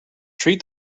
treat